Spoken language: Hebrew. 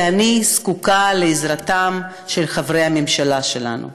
כי אני זקוקה לעזרתם של חברי הממשלה שלנו.